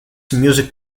music